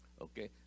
okay